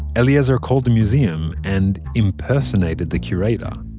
eliezer called the museum and impersonated the curator.